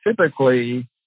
typically